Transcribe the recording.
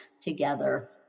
together